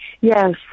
Yes